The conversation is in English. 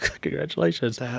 Congratulations